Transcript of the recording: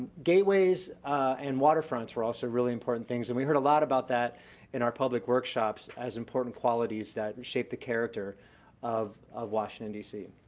gateways and waterfronts were also really important things. and we heard a lot about that in our public workshops as important qualities that shape the character of of washington, d c.